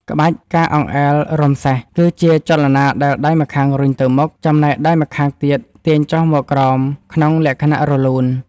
ក្បាច់ ការអង្អែលរោមសេះ គឺជាចលនាដែលដៃម្ខាងរុញទៅមុខ ចំណែកដៃម្ខាងទៀតទាញចុះមកក្រោមក្នុងលក្ខណៈរលូន។